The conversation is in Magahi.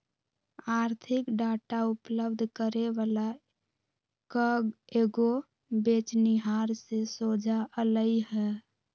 आर्थिक डाटा उपलब्ध करे वला कएगो बेचनिहार से सोझा अलई ह